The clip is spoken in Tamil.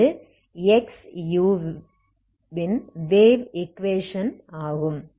இது XU வின் வேவ் ஈக்வேஷன் ஆகும்